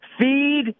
Feed